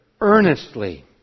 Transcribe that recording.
earnestly